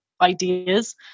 ideas